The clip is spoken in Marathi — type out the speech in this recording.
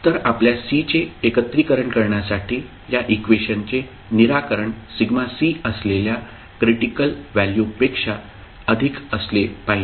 तर आपल्या C चे एकत्रिकरण् करण्यासाठी या इक्वेशनचे निराकरण σc असलेल्या क्रिटिकल व्हॅल्यूपेक्षा अधिक असले पाहिजे